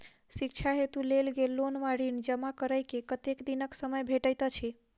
शिक्षा हेतु लेल गेल लोन वा ऋण जमा करै केँ कतेक दिनक समय भेटैत अछि?